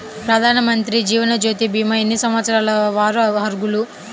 ప్రధానమంత్రి జీవనజ్యోతి భీమా ఎన్ని సంవత్సరాల వారు అర్హులు?